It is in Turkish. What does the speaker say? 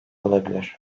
olabilir